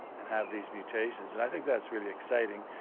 and have these mutations. and i think that's really exciting.